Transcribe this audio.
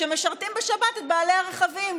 שמשרתות בשבת את בעלי הרכבים.